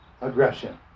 aggression